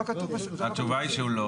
שניר אורבך הגיש שלשום